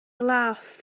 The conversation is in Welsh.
laeth